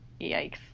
yikes